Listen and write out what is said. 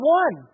one